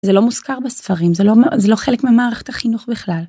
זה לא מוזכר בספרים זה לא חלק ממערכת החינוך בכלל.